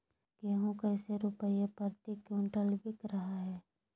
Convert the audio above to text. गेंहू कैसे रुपए प्रति क्विंटल बिक रहा है?